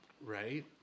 Right